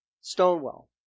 Stonewall